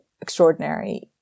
extraordinary